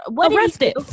arrested